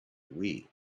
wii